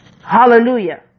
Hallelujah